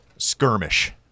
Skirmish